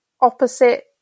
opposite